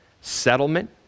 settlement